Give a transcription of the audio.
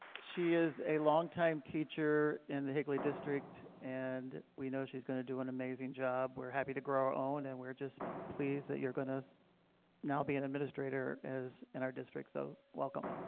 she is a longtime teacher in the higley district, and we know she's going to do an amazing job we're happy to grow our own and we're just pleased that you're going to now be an administrator as in our district. so welcome